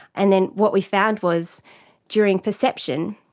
and then what we found was during perception,